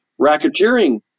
racketeering